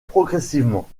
progressivement